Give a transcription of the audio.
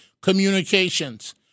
communications